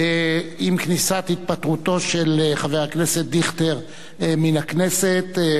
עם כניסת התפטרותו של חבר הכנסת דיכטר מן הכנסת לתוקף,